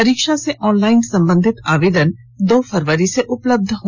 परीक्षा से ऑनलाइन संबंधित आवेदन दो फरवरी से उपलब्ध हैं